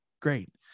great